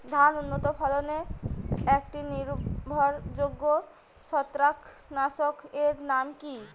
ধান উন্নত ফলনে একটি নির্ভরযোগ্য ছত্রাকনাশক এর নাম কি?